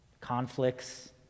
conflicts